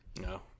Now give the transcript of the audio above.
No